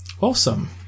Awesome